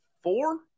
four